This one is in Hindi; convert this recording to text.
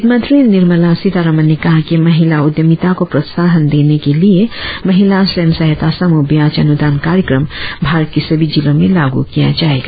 वित्तमंत्री निर्मला सीतारमन ने कहा कि महिला उद्यमिता को प्रोत्साहन देने के लिए महिला स्व सहायता समूह ब्याज अनुदान कार्यक्रम भारत के सभी जिलों में लागू किया जायेगा